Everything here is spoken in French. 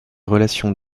relations